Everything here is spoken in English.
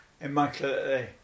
immaculately